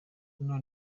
hano